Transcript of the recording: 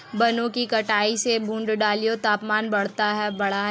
वनों की कटाई से भूमंडलीय तापन बढ़ा है